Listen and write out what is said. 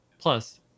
Plus